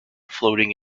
floating